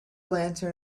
lantern